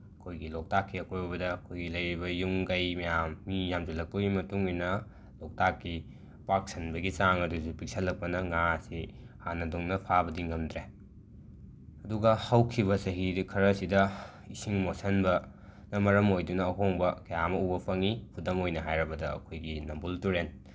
ꯑꯩꯈꯣꯏꯒꯤ ꯂꯣꯛꯇꯥꯛꯀꯤ ꯑꯀꯣꯏꯕꯗ ꯑꯩꯈꯣꯏꯒꯤ ꯂꯩꯔꯤꯕ ꯌꯨꯝ ꯀꯩ ꯃꯌꯥꯝ ꯃꯤ ꯌꯥꯝꯁꯤꯜꯂꯛꯄꯒꯤ ꯃꯇꯨꯡꯏꯟꯅ ꯂꯣꯛꯇꯥꯛꯀꯤ ꯄꯥꯛꯁꯟꯕꯒꯤ ꯆꯥꯡ ꯑꯗꯨꯁꯨ ꯄꯤꯛꯁꯤꯜꯂꯛꯄꯅ ꯉꯥꯁꯤ ꯍꯥꯟꯅꯗꯧꯅ ꯐꯥꯕꯗꯤ ꯉꯝꯗ꯭ꯔꯦ ꯑꯗꯨꯒ ꯍꯧꯈꯤꯕ ꯆꯍꯤ ꯈꯔꯁꯤꯗ ꯏꯁꯤꯡ ꯃꯣꯠꯁꯤꯟꯕꯅ ꯃꯔꯝ ꯑꯣꯏꯗꯨꯅ ꯑꯍꯣꯡꯕ ꯀꯌꯥ ꯑꯃ ꯎꯕ ꯐꯪꯉꯤ ꯈꯨꯗꯝ ꯑꯣꯏꯅ ꯍꯥꯏꯔꯕꯗ ꯑꯩꯈꯣꯏꯒꯤ ꯅꯝꯕꯨꯜ ꯇꯨꯔꯦꯟ